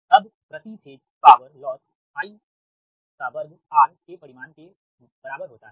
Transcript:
अब प्रति phase power loss I2 R के परिमाण के बराबर होता है